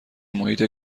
محیط